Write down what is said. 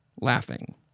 laughing